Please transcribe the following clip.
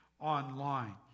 online